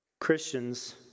Christians